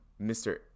mr